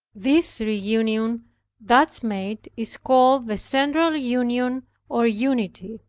this reunion thus made, is called the central union or unity.